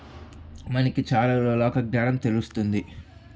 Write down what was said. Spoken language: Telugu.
మనకి చాలా లోకజ్ఞానం తెలుస్తుంది